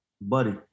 buddy